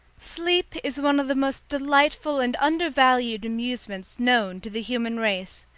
sleep is one of the most delightful and undervalued amusements known to the human race.